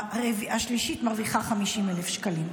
השלישית מרוויחה 50,000 שקלים.